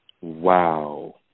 Wow